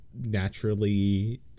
naturally